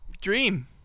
Dream